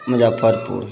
Muzaffarpur